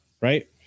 Right